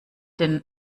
den